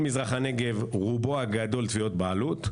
רובו הגדול של מזרח הנגב נמצא בתביעות בעלות.